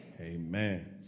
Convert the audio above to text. Amen